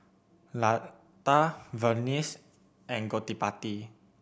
Lata Verghese and Gottipati